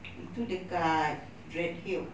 itu dekat redhill